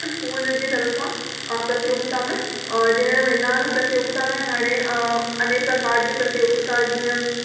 school जी तरफ़ा प्रतियोगिता में ॾियण वेंदा आहिनि प्रतियोगिता में हाणे अनेक प्रकार जी प्रतियोगिता जीअं